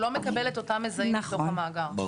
הוא לא מקבל את אותם מזהים מתוך המאגר.